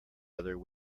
other